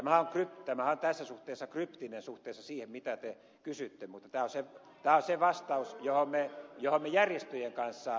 tämähän on tässä suhteessa kryptinen suhteessa siihen mitä te kysyitte mutta tämä on se vastaus johon me järjestöjen kanssa päädyimme